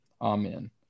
amen